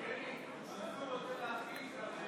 להלן